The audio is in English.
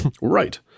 Right